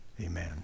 amen